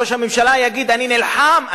ראש הממשלה יגיד: אני נלחם,